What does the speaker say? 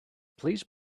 please